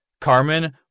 Carmen